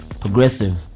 progressive